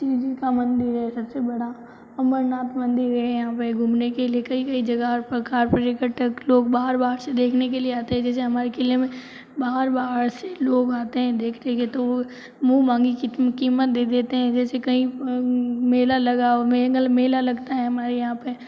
शिवजी का मंदिर है सबसे बड़ा अमरनाथ मंदिर है यहाँ पर घूमने के लिए कई कई जगह हर प्रकार पर्यटक लोग बाहर बाहर से देखने के लिए आते है जैसे हमारे किले में बाहर बाहर से लोग आते हैं देखते है तो वह मुँह मांगी कीमत दे देते हैं जैसे कहीं मेला लगा हो मेंगल मेला लगता है हमारे यहाँ पर